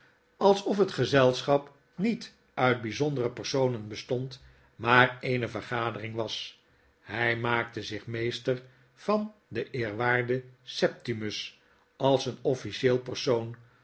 alsof het gezelschap niet uit byzondere personen bestond maar eene vergadering was hy maakte zich meester van den eerwaarden septimus als een officieel persoon